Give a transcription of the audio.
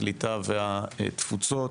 הקליטה והתפוצות,